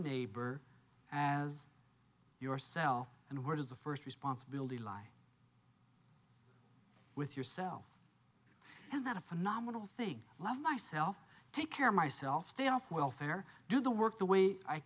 neighbor as yourself and where does the first responsibility lie with yourself is that a phenomenal thing love myself take care of myself stay off welfare do the work the way i